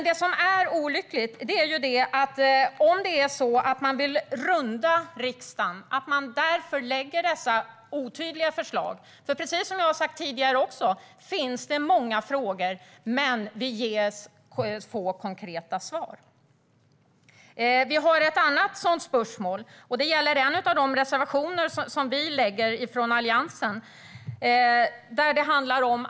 Det som är olyckligt är om det är så att man vill runda riksdagen och därför lägger fram otydliga förslag. Precis som jag har sagt tidigare finns det många frågor, men det ges få konkreta svar. Det finns ett annat spörsmål som gäller en av Alliansens reservationer.